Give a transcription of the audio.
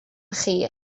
chi